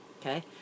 Okay